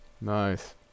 nice